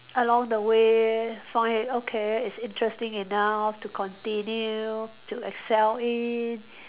along the way find it okay it's interesting enough to continue to excel in